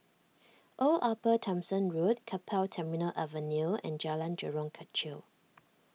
Old Upper Thomson Road Keppel Terminal Avenue and Jalan Jurong Kechil